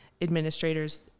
administrators